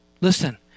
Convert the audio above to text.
Listen